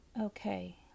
Okay